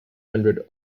hundred